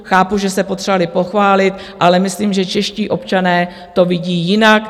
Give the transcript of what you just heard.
Chápu, že se potřebovali pochválit, ale myslím, že čeští občané to vidí jinak.